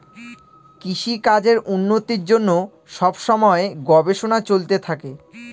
কৃষিকাজের উন্নতির জন্য সব সময় গবেষণা চলতে থাকে